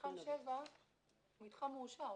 מתחם 7 הוא מתחם מאושר,